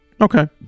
okay